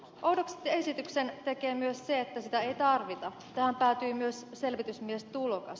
oudoksi esityksen tekee myös se että sitä ei tarvita tähän päätyi myös selvitysmies tulokas